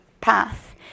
path